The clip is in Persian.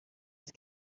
است